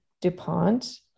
DuPont